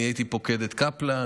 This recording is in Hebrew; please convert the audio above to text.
אני הייתי פוקד את קפלן,